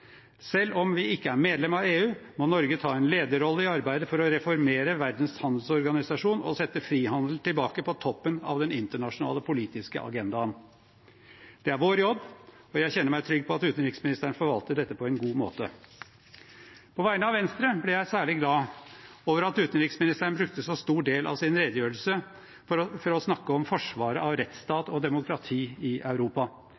Selv om vi ikke er medlem av EU, må Norge ta en lederrolle i arbeidet for å reformere Verdens handelsorganisasjon og sette frihandel tilbake på toppen av den internasjonale politiske agendaen. Det er vår jobb, og jeg kjenner meg trygg på at utenriksministeren forvalter dette på en god måte. På vegne av Venstre ble jeg særlig glad for at utenriksministeren brukte en så stor del av sin redegjørelse på å snakke om forsvaret av rettsstat og demokrati i Europa.